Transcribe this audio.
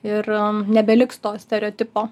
ir nebeliks to stereotipo